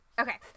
Okay